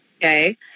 okay